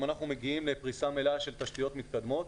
אם אנחנו מגיעים לפריסה מלאה של תשתיות מתקדמות.